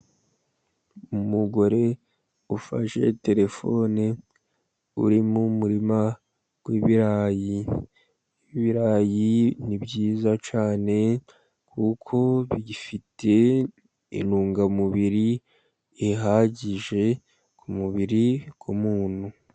Umugore ufashe terefone uri mu murima w'ibirayi, ibirayi ni cyane kuko bifite intungamubiri ihagije ku mubiri w'umuntu.